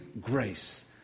grace